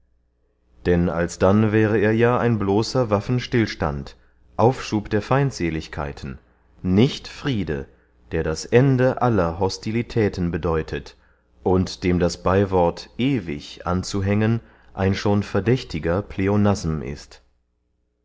denn alsdenn wäre er ja ein bloßer waffenstillstand aufschub der feindseligkeiten nicht friede der das ende aller hostilitäten bedeutet und dem das beywort ewig anzuhängen ein schon verdächtiger pleonasm ist